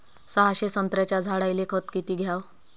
सहाशे संत्र्याच्या झाडायले खत किती घ्याव?